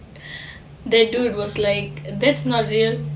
the dude was like that's not real